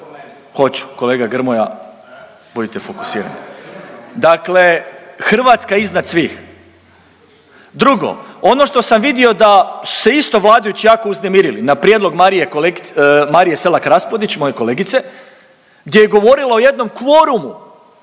Hoću, kolega Grmoja budite fokusirani. …dakle Hrvatska iznad svih. Drugo, ono što sam vidio da su se isto vladajući jako uznemirali na prijedlog Marije kolegice, Marije Selak Raspudić, moje kolegice, gdje je govorila o jednom kvorumu